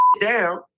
down